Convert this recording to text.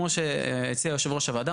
כמו שהציע יושב ראש הוועדה,